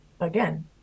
again